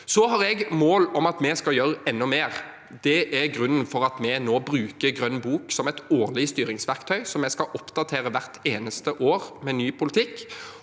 Så har jeg et mål om at vi skal gjøre enda mer. Det er grunnen til at vi nå bruker grønn bok som et årlig styringsverktøy som vi skal oppdatere hvert eneste år med ny politikk,